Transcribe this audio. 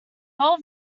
old